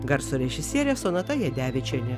garso režisierė sonata jadevičienė